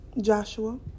Joshua